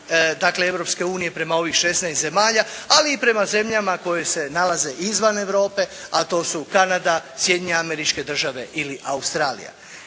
dakle Europske unije prema ovih 16 zemalja, ali i prema zemljama koje se nalaze izvan Europe, a to su Kanada, Sjedinjene Američke Države ili Australija.